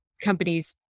companies